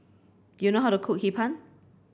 do you know how to cook Hee Pan